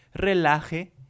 Relaje